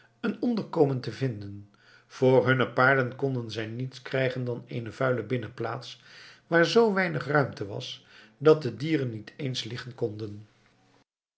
een onderkomen te vinden voor hunne paarden konden zij niets krijgen dan eene vuile binnenplaats waar zoo weinig ruimte was dat de dieren niet eens liggen konden